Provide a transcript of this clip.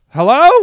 Hello